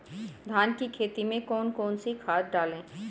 धान की खेती में कौन कौन सी खाद डालें?